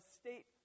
state